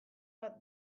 bat